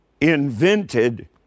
invented